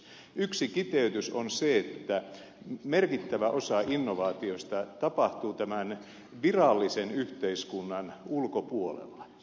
yksi kiteytys on se että merkittävä osa innovaatioista tapahtuu tämän virallisen yhteiskunnan ulkopuolella